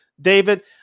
David